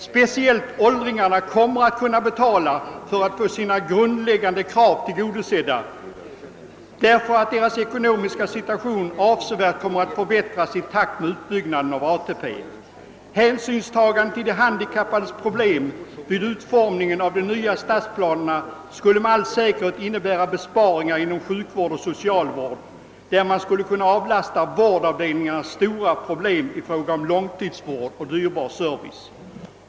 Speciellt åldringarna kommer att kunna betala för att få sina grundläggande krav tillgodosedda, därför att deras ekonomiska situation avsevärt kommer att förbättras i takt med utbyggnaden av ATP. Hänsynstagande till de handikappades problem vid utformningen av de nya stadsplånerna skulle med all säkerhet innebära besparingar inom sjukvård och socialvård, där man skulle kunna avlasta vårdavdelningarna stora problem i fråga om långtidsvård och dyrbar service.